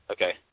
Okay